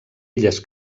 illes